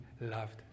loved